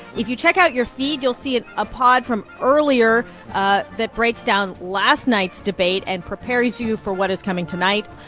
if you check out your feed, you'll see a ah pod from earlier ah that breaks down last night's debate and prepares you for what is coming tonight.